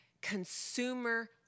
consumer